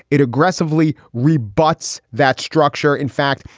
it aggressively rebuts that structure. in fact,